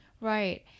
right